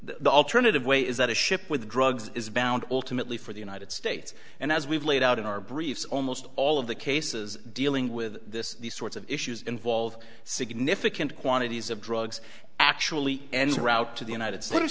the alternative way is that a ship with drugs is bound ultimately for the united states and as we've laid out in our briefs almost all of the cases dealing with this these sorts of issues involve significant quantities of drugs actually and the route to the united states